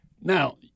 now